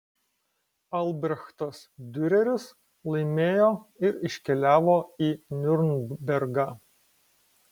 albrechtas diureris laimėjo ir iškeliavo į niurnbergą